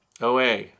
OA